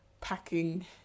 packing